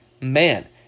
man